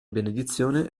benedizione